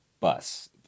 bus